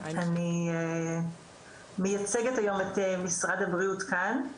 אני מייצגת היום את משרד הבריאות כאן,